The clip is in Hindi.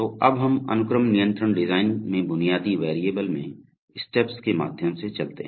तो अब हम अनुक्रम नियंत्रण डिजाइन में बुनियादी वेरिएबल में स्टेप्स के माध्यम से चलते हैं